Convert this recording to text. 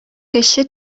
кече